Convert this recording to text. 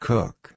Cook